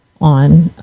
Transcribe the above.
on